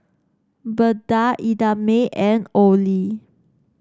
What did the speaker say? Beda Idamae and Olie